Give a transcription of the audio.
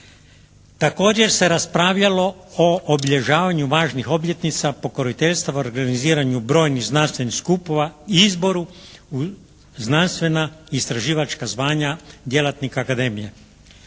Također se raspravljalo o obilježavaju važnih obljetnica, pokroviteljstva, organiziranju brojnih znanstvenih skupova, izboru u znanstvena istraživačka zvanja djelatnika Akademije.